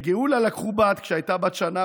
לגאולה לקחו בת כשהייתה בת שנה.